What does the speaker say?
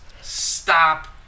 stop